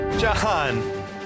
John